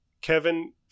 kevin